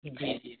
जी जी जी